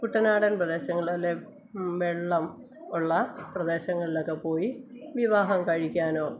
കുട്ടനാടൻ പ്രദേശങ്ങൾ അല്ലേ വെള്ളം ഉള്ള പ്രദേശങ്ങളിലക്ക പോയി വിവാഹം കഴിക്കാനോ